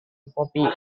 kopi